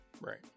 Right